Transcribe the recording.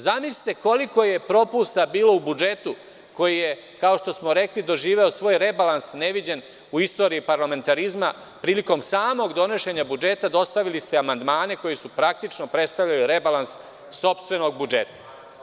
Zamislite koliko je propusta bilo u budžetu koji je, kao što smo rekli, doživeo svoj rebalans neviđen u istoriji parlamentarizma, jer ste prilikom samog donošenja budžeta dostavili amandmane koji praktično predstavljaju rebalans sopstvenog budžeta?